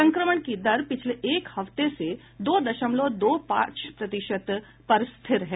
संक्रमण की दर पिछले एक हफ्ते से दो दशमलव दो पांच प्रतिशत पर स्थिर है